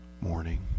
morning